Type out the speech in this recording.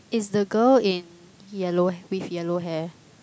is the girl in yellow with yellow hair